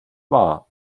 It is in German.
war